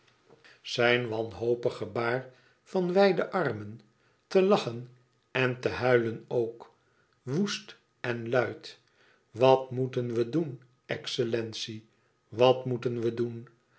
zijn wanhopig gebaar van wijde armen te lachen en te huilen ook ook woest en luid wat moeten we doen excellentie wat moeten we doen